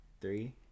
three